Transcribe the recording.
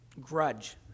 grudge